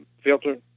filter